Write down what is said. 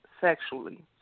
Sexually